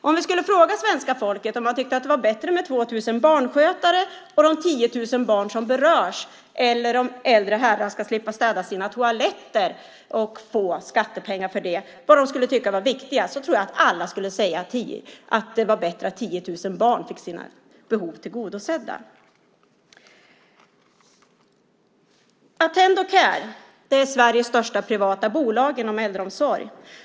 Om vi skulle fråga svenska folket om man tyckte att det var bättre med 2 000 barnskötare för de 10 000 barn som berörs än att äldre herrar ska slippa städa sina toaletter och få skattepengar för det, tror jag att alla skulle säga att det är bättre att 10 000 barn får sina behov tillgodosedda. Attendo Care är Sveriges största privata bolag inom äldreomsorg.